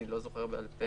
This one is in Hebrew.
אני לא זוכר בעל פה.